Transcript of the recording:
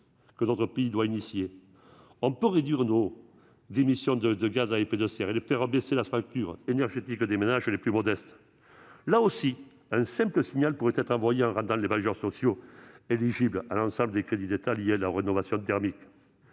que notre pays doit engager. On peut réduire nos émissions de gaz à effet de serre et faire baisser la facture énergétique des ménages les plus modestes. Là encore, un signal pourrait être envoyé en rendant les bailleurs sociaux éligibles à l'ensemble des crédits d'État liés aux rénovations thermiques.